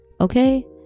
Okay